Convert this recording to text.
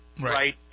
right